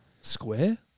Square